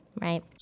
Right